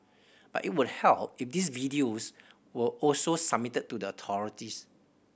but it would help if these videos were also submitted to the authorities